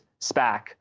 SPAC